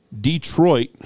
Detroit